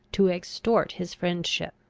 to extort his friendship.